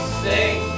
sing